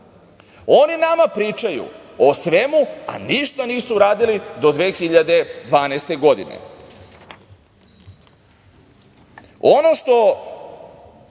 Oni nama pričaju o svemu, a ništa nisu uradili do 2012. godine. Ono